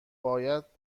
باید